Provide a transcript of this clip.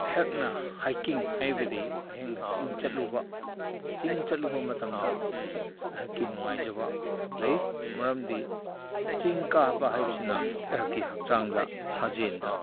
ꯑꯩꯍꯥꯛꯅ ꯍꯥꯏꯛꯀꯤꯡ ꯍꯥꯏꯕꯗꯤ ꯑꯩꯍꯥꯛꯅ ꯆꯤꯡ ꯆꯠꯂꯨꯕ ꯆꯤꯡ ꯆꯠꯂꯨꯕ ꯃꯇꯝꯗ ꯑꯩꯍꯥꯛꯀꯤ ꯅꯨꯡꯉꯥꯏꯖꯕ ꯂꯩ ꯃꯔꯝꯗꯤ ꯆꯤꯡ ꯀꯥꯕ ꯍꯥꯏꯕꯁꯤꯅ ꯑꯩꯍꯥꯛꯀꯤ ꯍꯛꯆꯥꯡꯗ ꯁꯥꯖꯦꯟꯗ